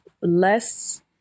less